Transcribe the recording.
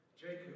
Jacob